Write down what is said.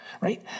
Right